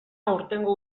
aurtengo